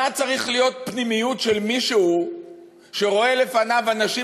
מה צריכה להיות הפנימיות של מישהו שרואה לפניו אנשים